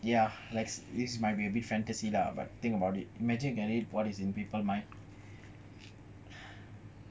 ya is it is my baby fantasy lah but think about it imagine you can read what is in people's mind